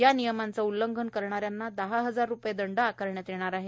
या नियमांचं उल्लंघन करणाऱ्यांना दहा हजार रुपये दंड आकारण्यात येईल